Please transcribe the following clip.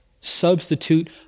substitute